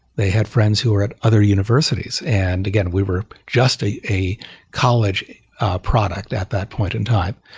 they had friends who were at other universities. and again, we were just a a college product at that point in time.